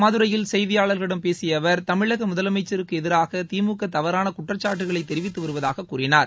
மதுரையில் செய்தியாளர்களிடம் பேசிய அவர் தமிழக முதலமைச்சருக்கு எதிராக திமுக தவறாள குற்றச்சாட்டுக்களை தெரிவித்து வருவதாகக் கூறினார்